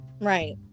Right